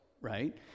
right